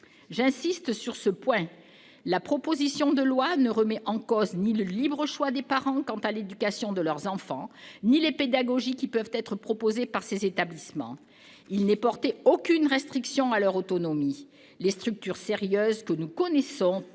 J'insiste sur ce point : la proposition de loi ne remet en cause ni le libre choix des parents quant à l'éducation de leurs enfants ni les pédagogies qui peuvent être proposées par ces établissements. Il n'est porté aucune restriction à leur autonomie. Les structures sérieuses que nous connaissons